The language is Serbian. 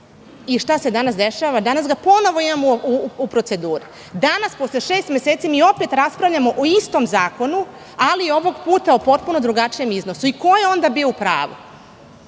i šta se danas dešava? Danas ga ponovo imamo u proceduri. Danas, posle šest meseci mi opet raspravljamo o istom zakonu ali ovog puta o potpuno drugačijem iznosu. Ko je onda bio u pravu? Znači,